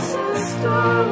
Sister